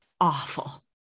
awful